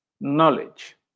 knowledge